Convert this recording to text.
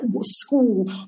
School